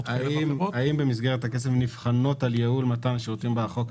הן לא נבחנות על ייעול מתן שירותים מרחוק.